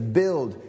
build